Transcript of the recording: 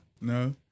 no